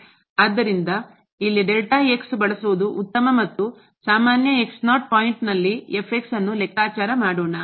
ಆದ್ದರಿಂದ ಇಲ್ಲಿ ಡೆಲ್ಟಾ ಬಳಸುವುದು ಉತ್ತಮ ಮತ್ತು ಸಾಮಾನ್ಯ ಪಾಯಿಂಟ್ನಲ್ಲಿ ಅನ್ನು ಲೆಕ್ಕಾಚಾರ ಮಾಡೋಣ